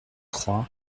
crois